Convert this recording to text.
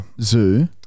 Zoo